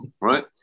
right